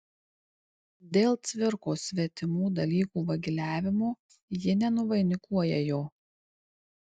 dėl cvirkos svetimų dalykų vagiliavimo ji nenuvainikuoja jo